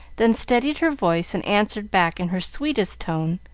then steadied her voice, and answered back in her sweetest tone